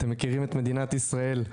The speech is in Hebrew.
אתם מכירים את מדינת ישראל,